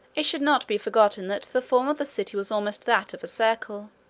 it should not be forgotten that the form of the city was almost that of a circle